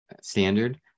standard